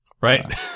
Right